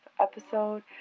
episode